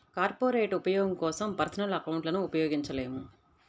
corporate ఉపయోగం కోసం personal అకౌంట్లను ఉపయోగించలేము